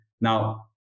Now